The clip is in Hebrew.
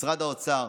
משרד האוצר,